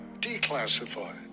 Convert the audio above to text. declassified